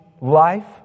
life